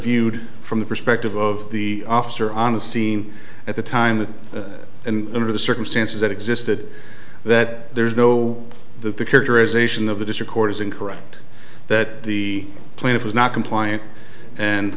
viewed from the perspective of the officer on the scene at the time of that and under the circumstances that existed that there's no that the characterization of the district court is incorrect that the plaintiff was not compliant and